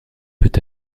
peut